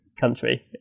country